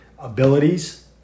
abilities